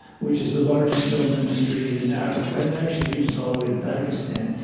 which is the largest film industry in africa and actually reaches all the way to pakistan,